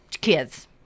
kids